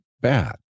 bad